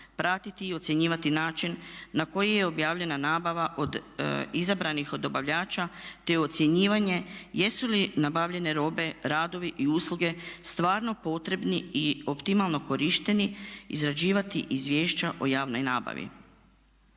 pratiti i ocjenjivati način na koji je objavljena nabava od izabranih dobavljača te ocjenjivanje jesu li nabavljene robe, radovi i usluge stvarno potrebni i optimalno korišteni? Izrađivati izvješća o javnoj nabavi.